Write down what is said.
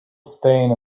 staying